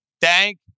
Thank